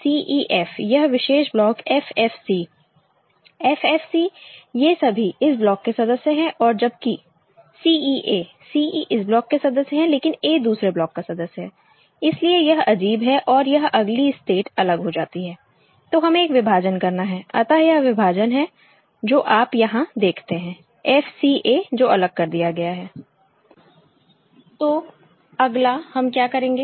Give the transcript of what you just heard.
c e f यह विशेष block f f c f f c ये सभी इस ब्लॉक के सदस्य हैं और जबकि c e a c e इस ब्लॉक के सदस्य हैं लेकिन a दूसरे ब्लॉक का सदस्य है इसलिए यह अजीब है और यह अगली स्टेट अलग हो जाती है तो हमें एक विभाजन करना है अतः यह विभाजन है जो आप यहां देखते हैं f c a जो अलग कर दिया गया है तो अगला हम क्या करेंगे